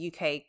UK